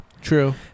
True